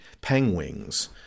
penguins